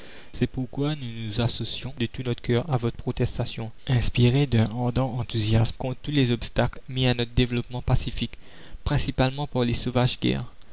c'est pourquoi nous nous associons de tout notre cœur à votre protestation inspirée d'un ardent enthousiasme contre tous les obstacles mis à notre développement pacifique principalement par les sauvages